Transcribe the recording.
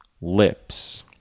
lips